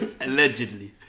Allegedly